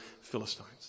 Philistines